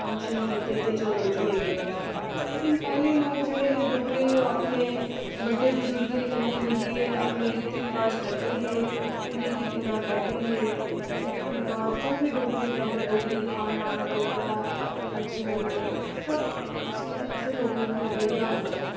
function कीता ते चलो जी होई गेआ ब्याह लेकिन पैह्लें लोक जेह्ड़े हे डोगरे हे ओह् अपने बड्डे बुजुर्गें कन्नै मिलियै अपने रिती रिवाज करदे हे उ'नें गी पूरा करदे हे रिती रिवाज जो बी डोगरे दे ऐ हेडोगरी खाना डोगरा कल्चर सब उसी असें लोकें अग्गें बधाना चाहिदा